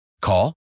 Call